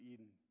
Eden